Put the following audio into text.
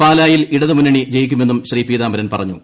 പാലായിൽ ഇടതുമുന്നണി ജയിക്കുമെന്നും ശ്രീ പീതാംബരൻ പറഞ്ഞു